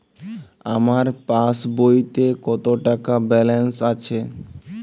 আমার পাসবইতে কত টাকা ব্যালান্স আছে?